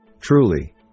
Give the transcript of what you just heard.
Truly